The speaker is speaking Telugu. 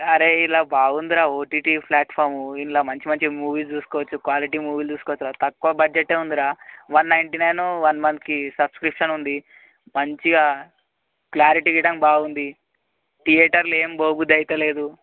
అరే ఇందులో బాగుంది రా ఓటీటీ ప్లాట్ఫామ్ ఇందులో మంచి మంచి మూవీస్ చూసుకోవచ్చు క్వాలిటీ మూవీలు చూసుకోవచ్చు రా తక్కువ బడ్జెట్ ఉందిరా వన్ నైంటీ నైన్ వన్ మంత్కి సబ్స్క్రిప్షన్ ఉంది మంచిగా క్లారిటీ గిట బాగుంది థియేటర్లు ఏమి పోబుద్ది అవుతలేదు